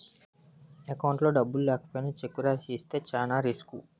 అకౌంట్లో డబ్బులు లేకపోయినా చెక్కు రాసి ఇస్తే చానా రిసుకు